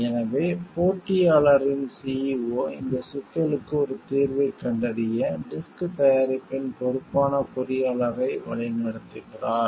எனவே போட்டியாளரின் சிஇஓ இந்த சிக்கலுக்கு ஒரு தீர்வைக் கண்டறிய டிஸ்க் தயாரிப்பின் பொறுப்பான பொறியாளரை வழிநடத்துகிறார்